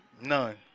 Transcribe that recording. None